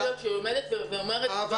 אבל לא יכול להיות שהיא עומדת ואומרת דברים.